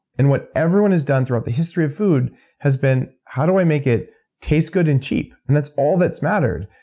and what everyone has done throughout the history of food has been, how do i make it taste good and cheap? and that's all that's mattered.